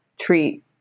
treat